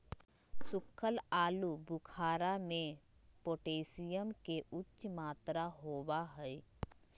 सुखल आलू बुखारा में पोटेशियम के उच्च मात्रा होबा हई